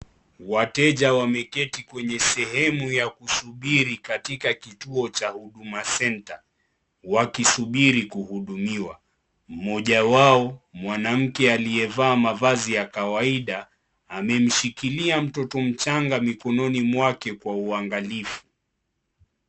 Wateja wameketi kwenye sehemu ya kusubiri katika kituo cha huduma centre wakisubiri kuhudumiwa. Mmoja wao mwanamke aliyevaa mavazi ya kawaida amemshikilia mtoto mchanga mikononi mwake kwa uangalifu.